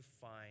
find